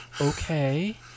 Okay